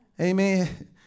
Amen